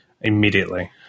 immediately